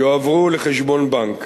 יועברו לחשבון בנק.